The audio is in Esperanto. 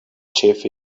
ĉefe